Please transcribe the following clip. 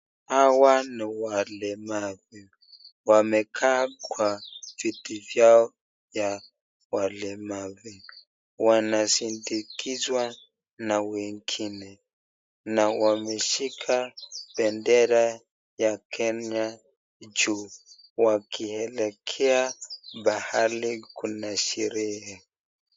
Hawa ni walemavu. Wamekaa kwa viti vyao vya walemavu. Wanasindikzwa na wengine na wameshika bendera ya Kenya juu wakielekea pahali kuna sherehe.